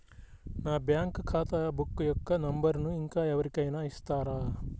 నా బ్యాంక్ ఖాతా బుక్ యొక్క నంబరును ఇంకా ఎవరి కైనా ఇస్తారా?